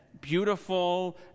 beautiful